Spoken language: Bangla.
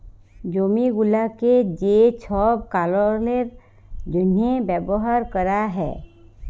জমি গুলাকে যে ছব কারলের জ্যনহে ব্যাভার ক্যরা যায়